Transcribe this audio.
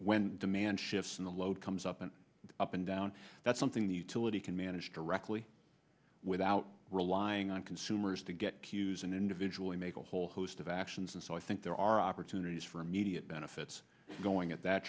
when demand shifts in the load comes up and up and down that's something the utility can manage directly without relying on consumers to get queues and individually make a whole host of actions and so i think there are opportunities for immediate benefits going at that